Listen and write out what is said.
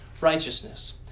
righteousness